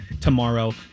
tomorrow